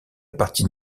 partie